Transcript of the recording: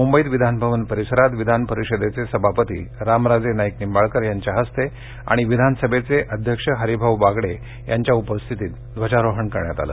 मुंबईत विधान भवन परिसरात विधानपरिषदेचे सभापती रामराजे नाईक निंबाळकर यांच्या हस्ते आणि विधानसभेचे अध्यक्ष हरिभाऊ बागडे यांच्या उपस्थितीत ध्वजारोहण करण्यात आलं